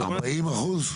40 אחוז?